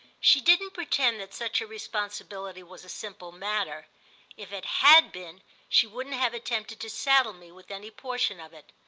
she didn't pretend that such a responsibility was a simple matter if it had been she wouldn't have attempted to saddle me with any portion of it.